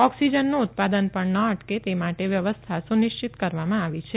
ઓકસીજનનું ઉત્પાદન પણ ન અટકે તે માટે વ્યવસ્થા સુનિશ્ચિત કરવામાં આવી છે